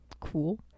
cool